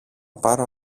πάρω